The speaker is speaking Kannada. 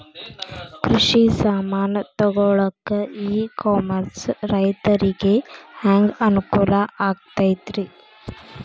ಕೃಷಿ ಸಾಮಾನ್ ತಗೊಳಕ್ಕ ಇ ಕಾಮರ್ಸ್ ರೈತರಿಗೆ ಹ್ಯಾಂಗ್ ಅನುಕೂಲ ಆಕ್ಕೈತ್ರಿ?